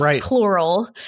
plural